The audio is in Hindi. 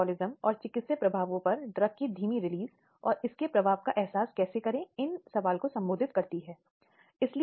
यदि कोई महिला इस तरह के कृत्य के लिए सहमति देती है तो यह उस मामले के लिए अपराध नहीं बनता है क्योंकि वह पूरी व्यवस्था में एक साझेदार थी